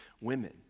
women